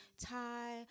tie